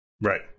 Right